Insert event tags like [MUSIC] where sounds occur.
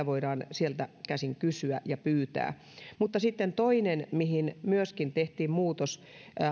[UNINTELLIGIBLE] voidaan arviointikeskuksesta käsin kysyä ja pyytää mutta sitten oli toinen mihin myöskin tehtiin muutos